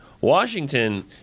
Washington